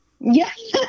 Yes